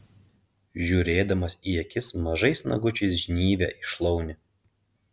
žiūrėdamas į akis mažais nagučiais žnybia į šlaunį